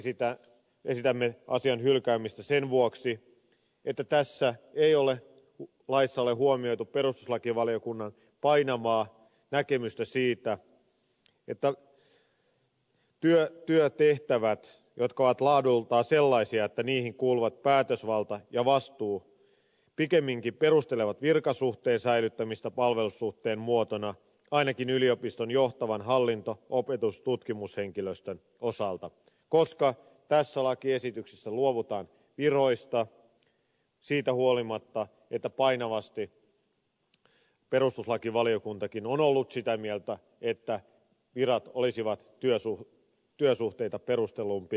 kolmanneksi esitämme asian hylkäämistä sen vuoksi että tässä laissa ei ole huomioitu perustuslakivaliokunnan painavaa näkemystä siitä että työtehtävät ovat laadultaan sellaisia että niihin kuuluvat päätösvalta ja vastuu pikemminkin perustelevat virkasuhteen säilyttämistä palvelussuhteen muotona ainakin yliopiston johtavan hallinto opetus ja tutkimushenkilöstön osalta mutta tässä lakiesityksessä luovutaan viroista siitä huolimatta että painavasti perustuslakivaliokuntakin on ollut sitä mieltä että virat olisivat työsuhteita perustellumpi palvelussuhdemuoto